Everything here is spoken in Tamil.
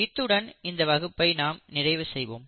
இத்துடன் இந்த வகுப்பை நாம் நிறைவு செய்வோம்